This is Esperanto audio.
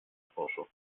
poŝo